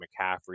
McCaffrey